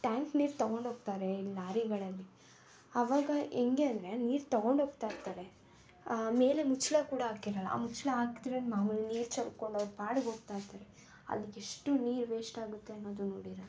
tank ನೀರು ತಗೊಂಡೋಗ್ತಾರೆ ಈ ಲಾರಿಗಳಲ್ಲಿ ಅವಾಗ ಹೇಗೆ ಅಂದರೆ ನೀರು ತಗೊಂಡೋಗ್ತಾ ಇರ್ತಾರೆ ಮೇಲೆ ಮುಚ್ಚಳ ಕೂಡ ಹಾಕಿರಲ್ಲ ಆ ಮುಚ್ಚಳ ಹಾಕಿದ್ರೆ ಮಾಮೂಲಿ ನೀರು ಚಲ್ಕೊಂಡು ಅವ್ರ ಪಾಡಿಗೆ ಹೋಗ್ತಾ ಇರ್ತಾರೆ ಅದು ಎಷ್ಟು ನೀರು ವೇಸ್ಟ್ ಆಗುತ್ತೆ ಅನ್ನೋದು ನೋಡಿರೋಲ್ಲ